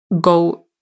go